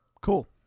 Cool